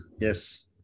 Yes